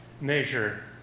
measure